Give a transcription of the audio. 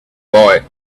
boy